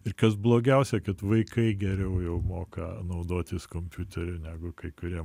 ir kas blogiausia kad vaikai geriau jau moka naudotis kompiuteriu negu kai kurie